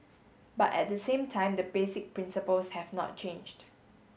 but at the same time the basic principles have not changed